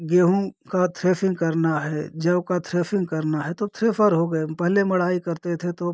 गेहूँ का थ्रेसिंग करना है जौ का थ्रेसिंग करना है तो थ्रेसर हो गए पहले मढ़ाई करते थे तो